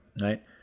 Right